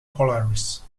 polaris